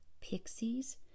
pixies